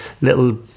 little